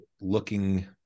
looking